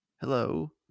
hello